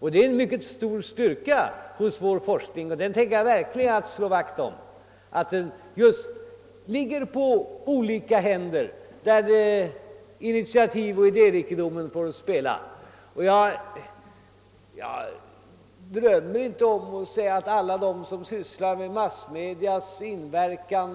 När det gäller en svår forskning är det en mycket stor styrka att arbetet med den ligger på olika händer, ty det ger spelrum åt initiativ och idérikedom — och det tänker jag verkligen slå vakt om. Jag drömmer inte om att placera alla, som sysslar med frågan om vilken inverkan